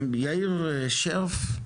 יאיר שרף,